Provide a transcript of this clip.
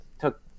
took